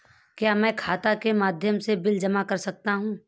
क्या मैं खाता के माध्यम से बिल जमा कर सकता हूँ?